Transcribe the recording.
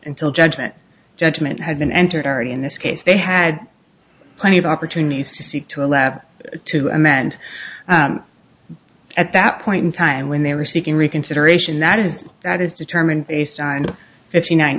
until judgment judgment has been entered already in this case they had plenty of opportunities to speak to a lab to amend at that point in time when they were seeking reconsideration that is that is determined based on and if the nine